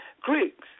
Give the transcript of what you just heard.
Greeks